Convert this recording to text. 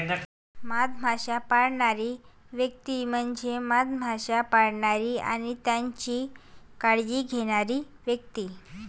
मधमाश्या पाळणारी व्यक्ती म्हणजे मधमाश्या पाळणारी आणि त्यांची काळजी घेणारी व्यक्ती